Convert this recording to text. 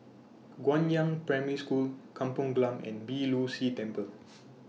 Guangyang Primary School Kampong Glam and Beeh Low See Temple